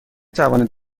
توانید